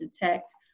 detect